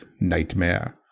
nightmare